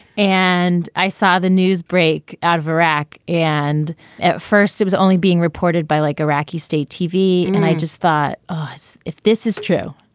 and i saw the news break out of iraq. and at first i was only being reported by like iraqi state tv. and i just thought us if this is true,